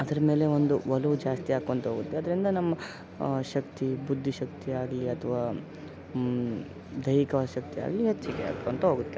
ಅದರ ಮೇಲೆ ಒಂದು ಒಲವು ಜಾಸ್ತಿ ಆಕ್ಕೊತ ಹೋಗುತ್ತೆ ಅದರಿಂದ ನಮ್ಮ ಶಕ್ತಿ ಬುದ್ಧಿಶಕ್ತಿಯಾಗಲಿ ಅಥವಾ ದೈಹಿಕವಾದ ಶಕ್ತಿ ಆಗಲಿ ಹೆಚ್ಚಿಗೆ ಆಕ್ಕೊತ ಹೋಗತ್ತೆ